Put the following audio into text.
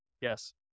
Yes